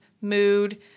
mood